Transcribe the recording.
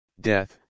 death